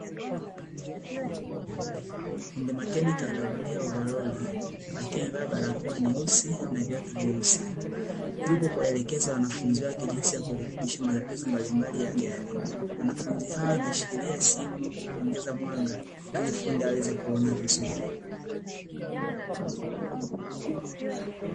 Fundi makenika amevalia ovaroli lakini amevaa barakoa nyusi na viatu vyeusi yupo kuwaelekeza wanafunzi wake jinsi ya kurekebisha matatizo mbalimbali ya gari, wanafunzi hao wameshikilia simu kuongeza mwanga ili fundi awezekuona vizuri